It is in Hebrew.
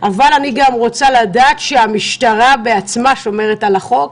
אני רוצה לדעת שהמשטרה בעצמה שומרת על החוק,